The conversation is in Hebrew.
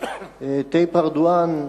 טאיפ ארדואן,